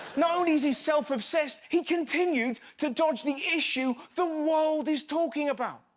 not only he's he's self-obsessed, he continued to dodge the issue the world is talking about.